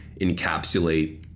encapsulate